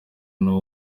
naho